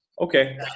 okay